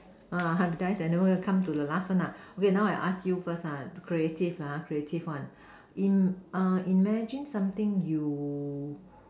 ah hybridise and then now come to the last one lah okay now I ask you first ah creative ah creative one in uh imagine something you